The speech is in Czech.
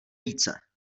více